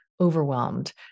overwhelmed